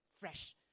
fresh